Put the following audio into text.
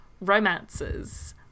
romances